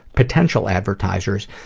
potential advertisers,